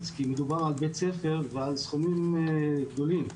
כי מדובר על בית ספר ועל סכומים גדולים.